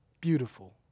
beautiful